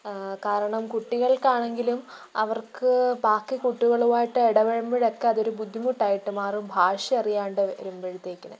കാരണം കുട്ടികൾക്കാണെങ്കിലും അവർക്ക് ബാക്കി കുട്ടികളുമായിട്ടിടപഴകുമ്പോഴൊക്കെ അതൊരു ബുദ്ധിമുട്ടായിട്ടു മാറും ഭാഷ അറിയാണ്ട് വരുമ്പോഴത്തേക്കിന്